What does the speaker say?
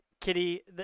Kitty